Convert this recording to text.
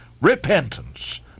repentance